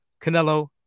Canelo